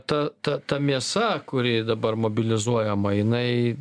ta ta ta mėsa kuri dabar mobilizuojama jinai